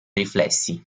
riflessi